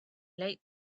late